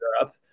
Europe